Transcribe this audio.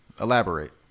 Elaborate